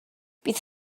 bydd